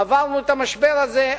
עברנו את המשבר הזה,